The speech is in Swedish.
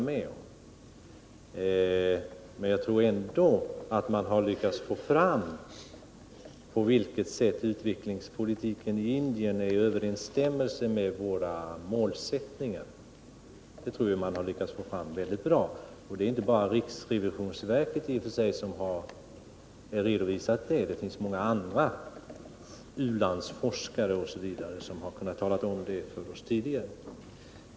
Men jag tror ändå att man har lyckats få fram på vilket sätt utvecklingspolitiken i Indien står i överensstämmelse med våra målsättningar för biståndet. Det är inte bara riksrevisionsverket som har kommit med en redovisning, utan även u-landsforskare och andra har beskrivit situationen för oss.